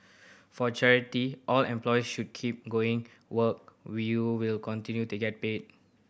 for charity all employees should keep going work will you will continue to get paid